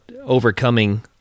overcoming